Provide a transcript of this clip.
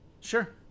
Sure